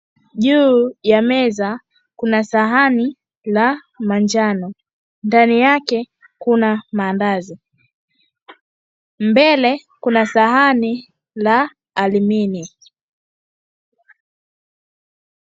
Juu ya meza kuna sahani la manjano. Ndani yake, kuna mandazi. Mbele kuna sahani la alumini.